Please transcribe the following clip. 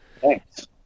Thanks